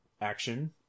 action